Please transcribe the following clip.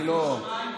אני לא, השמיים בוכים.